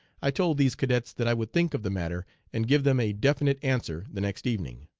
i told these cadets that i would think of the matter and give them a definite answer the next evening.